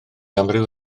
amryw